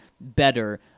better